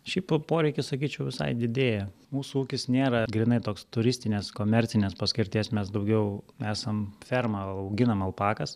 šiaip po poreikis sakyčiau visai didėja mūsų ūkis nėra grynai toks turistinės komercinės paskirties mes daugiau esam ferma auginam alpakas